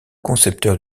concepteur